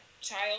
child